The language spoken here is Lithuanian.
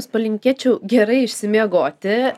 palinkėčiau gerai išsimiegoti